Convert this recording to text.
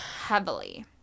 Heavily